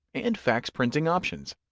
and fax printing options.